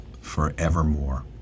forevermore